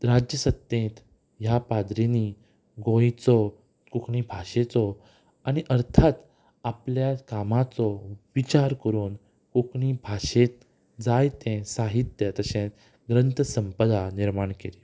राज्यसत्तेंत ह्या पाद्रींनीं गोंयचो कोंकणी भाशेचो आनी अर्थांत आपल्या कामाचो विचार करून कोंकणी भाशेंत जायतें साहित्य तशेंच ग्रंथ संपदा निर्माण केली